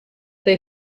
they